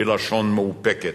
בלשון מאופקת,